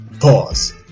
Pause